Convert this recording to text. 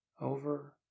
over